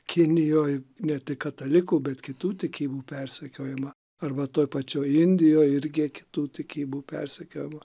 kinijoj ne tik katalikų bet kitų tikybų persekiojimą arba toj pačioj indijoj irgi kitų tikybų persekiojimą